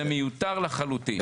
זה מיותר לחלוטין.